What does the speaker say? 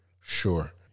Sure